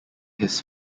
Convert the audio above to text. his